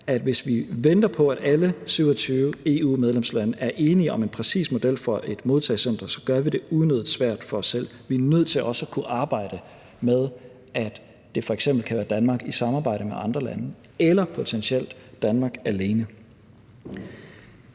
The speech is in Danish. hvis vi venter på, at alle 27 EU-medlemslande er enige om en præcis model for et modtagecenter, så gør vi det unødig svært for os selv. Vi er nødt til også at kunne arbejde med, at det f.eks. kan være Danmark i samarbejde med andre lande – eller potentielt Danmark alene.